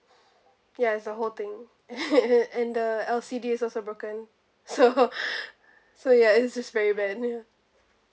yes the whole thing and the L_C_D is also broken so so ya it's just very bad ya